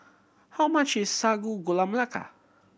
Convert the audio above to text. how much is Sago Gula Melaka